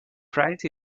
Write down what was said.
price